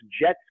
Jets